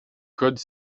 code